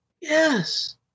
Yes